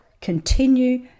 continue